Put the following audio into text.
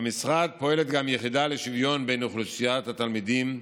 במשרד פועלת גם יחידה לשוויון בין אוכלוסיות התלמידים,